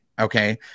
Okay